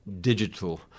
digital